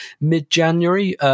mid-January